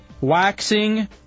waxing